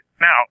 Now